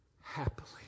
happily